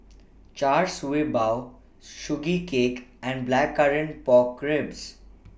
Char Siew Bao Sugee Cake and Blackcurrant Pork Ribs